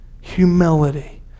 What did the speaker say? humility